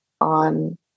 on